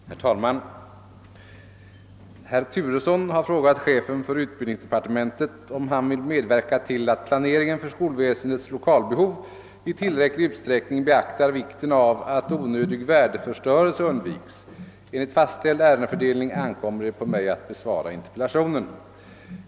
Herr talman! Herr Turesson har frågat chefen för utbildningsdepartementet om han vill medverka till att planeringen för skolväsendets lokalbehov i tillräcklig utsträckning beaktar vikten av att onödig värdeförstörelse undviks. Enligt fastställd ärendefördelning ankommer det på mig att besvara interpellationen.